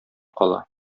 кала